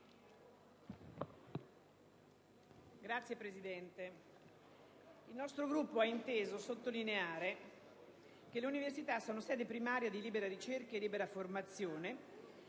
Signor Presidente, il nostro Gruppo ha inteso sottolineare che le università sono sedi primarie di libera ricerca e libera formazione,